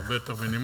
הרבה יותר בנימוס.